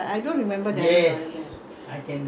I was thinking it was after islamic